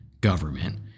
government